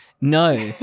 No